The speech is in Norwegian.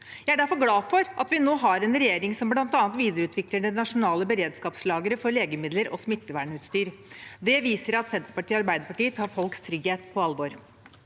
Jeg er derfor glad for at vi nå har en regjering som bl.a. videreutvikler det nasjonale beredskapslageret for legemidler og smittevernutstyr. Det viser at Senterpartiet og Arbeiderpartiet tar folks trygghet på alvor.